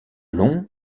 long